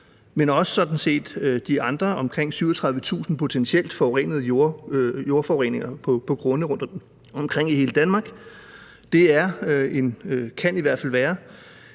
set også de andre omkring 37.000 potentielle jordforureninger rundtomkring i hele Danmark. Det er eller kan i hvert fald være